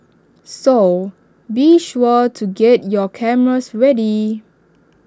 so be sure to get your cameras ready